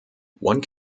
one